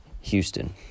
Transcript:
Houston